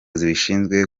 zibishinzwe